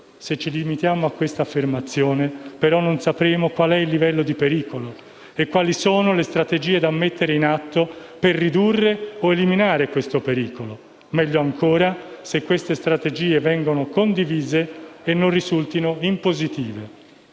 Se ci limitiamo a questa affermazione però non sapremo qual è il livello del pericolo e quali sono le strategie da mettere in atto per ridurre o eliminare questo pericolo; meglio ancora se queste strategie vengono condivise e non risultino impositive.